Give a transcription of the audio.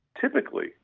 Typically